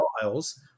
files